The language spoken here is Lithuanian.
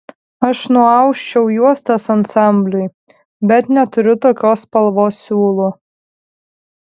aš nuausčiau juostas ansambliui bet neturiu tokios spalvos siūlų